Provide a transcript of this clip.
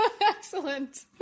excellent